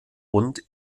und